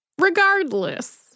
Regardless